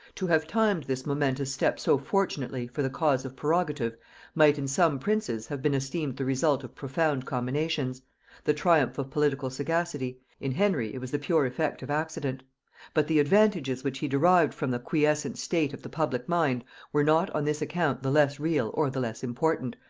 to have timed this momentous step so fortunately for the cause of prerogative might in some princes have been esteemed the result of profound combinations the triumph of political sagacity in henry it was the pure effect of accident but the advantages which he derived from the quiescent state of the public mind were not on this account the less real or the less important,